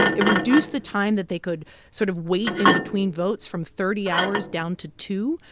it reduced the time that they could sort of wait in between votes from thirty hours down to two,